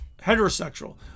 heterosexual